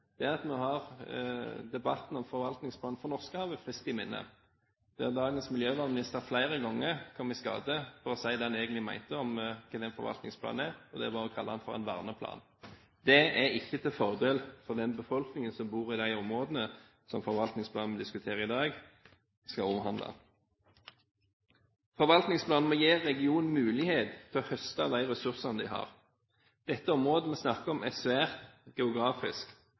det, er at vi har debatten om forvaltningsplanen for Norskehavet friskt i minne, der dagens miljøvernminister flere ganger kom i skade for å si det han egentlig mente om hva den forvaltningsplanen er, og det var å kalle den for en verneplan. Det er ikke til fordel for den befolkningen som bor i de områdene som forvaltningsplanen vi diskuterer i dag, skal omhandle. Forvaltningsplanen må gi regionen mulighet til å høste av de ressursene de har. Dette området vi snakker om, er svært forskjellig geografisk